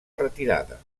retirada